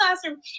classroom